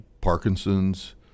Parkinson's